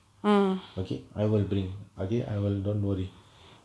okay I will bring again I will don't worry